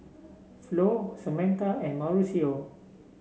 Flo Samatha and Mauricio